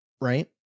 right